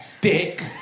dick